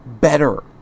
better